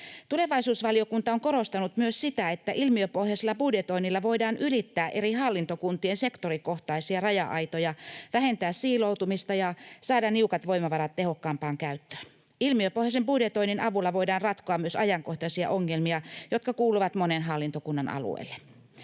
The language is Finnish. Tulevaisuusvaliokunta on korostanut myös sitä, että ilmiöpohjaisella budjetoinnilla voidaan ylittää eri hallintokuntien sektorikohtaisia raja-aitoja, vähentää siiloutumista ja saada niukat voimavarat tehokkaampaan käyttöön. Ilmiöpohjaisen budjetoinnin avulla voidaan ratkoa myös ajankohtaisia ongelmia, jotka kuuluvat monen hallintokunnan alueelle.